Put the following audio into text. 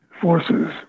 forces